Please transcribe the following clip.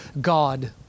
God